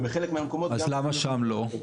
ובחלק מהמקומות גם --- אז למה שם לא?